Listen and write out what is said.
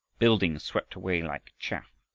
buildings swept away like chaff,